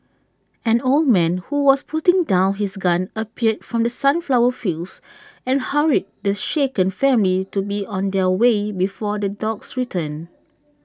an old man who was putting down his gun appeared from the sunflower fields and hurried the shaken family to be on their way before the dogs return